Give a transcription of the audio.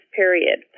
period